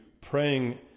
praying